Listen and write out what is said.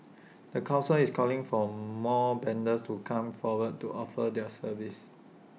the Council is calling for more vendors to come forward to offer their services